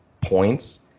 points